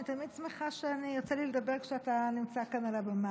אני תמיד שמחה שיוצא לי לדבר כשאתה נמצא כאן על הבמה,